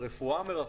הרפואה מרחוק,